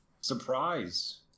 surprise